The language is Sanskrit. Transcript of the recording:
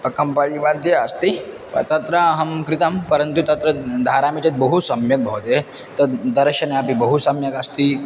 कम्पडीमध्ये अस्ति प तत्र अहं कृतं परन्तु तत्र धरामि चेत् बहु सम्यक् भवति तद् दर्शने अपि बहु सम्यक् अस्ति